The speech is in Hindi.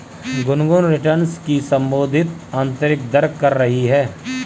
गुनगुन रिटर्न की संशोधित आंतरिक दर कर रही है